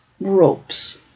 ropes